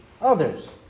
others